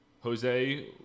Jose